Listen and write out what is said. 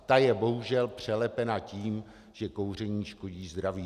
Ta je bohužel přelepena tím, že kouření škodí zdraví.